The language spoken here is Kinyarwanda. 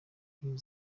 nk’izi